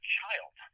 child